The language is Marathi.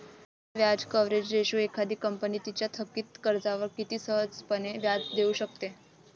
व्याज कव्हरेज रेशो एखादी कंपनी तिच्या थकित कर्जावर किती सहजपणे व्याज देऊ शकते